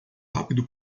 rápido